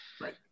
Right